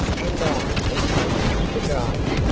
and i in front with the driver.